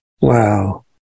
Wow